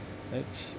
that's